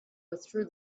withdrew